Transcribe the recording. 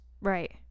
right